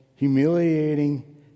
humiliating